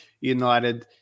United